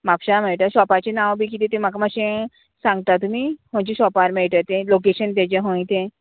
म्हापशा मेळटा शॉपाची नांव बी कितें ती म्हाका मातशें सांगता तुमी खंयचे शॉपार मेळटा तें लोकेशन तेजें खंय तें